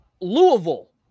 Louisville